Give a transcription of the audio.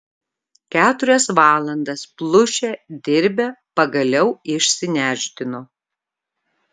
keturias valandas plušę dirbę pagaliau išsinešdino